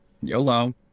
YOLO